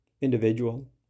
individual